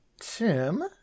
Tim